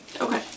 Okay